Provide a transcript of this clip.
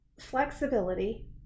flexibility